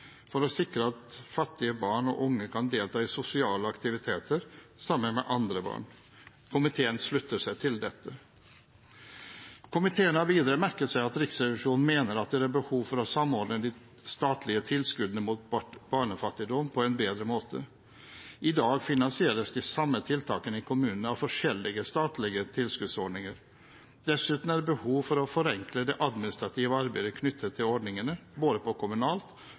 for å sikre at fattige barn og unge kan delta i sosiale aktiviteter sammen med andre barn. Komiteen slutter seg til dette. Komiteen har videre merket seg at Riksrevisjonen mener at det er behov for å samordne de statlige tilskuddene mot barnefattigdom på en bedre måte. I dag finansieres de samme tiltakene i kommunene av forskjellige statlige tilskuddsordninger. Dessuten er det behov for å forenkle det administrative arbeidet knyttet til ordningene, både på kommunalt,